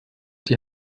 die